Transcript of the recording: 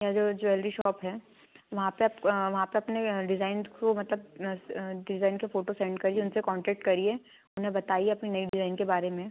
या जो jewellery shop हैं वहाँ पर आप वहाँ पर अपने डिज़ाइन्ज़ को मतलब डिज़ाइन के फ़ोटो सेंड करिए उनसे कॉन्टैक्ट करिए उन्हें बताइए अपनी नई डिज़ाइन के बारे में